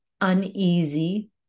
uneasy